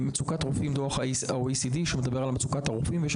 דוח ה-OECD מדבר על מצוקת הרופאים ועל